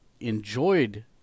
enjoyed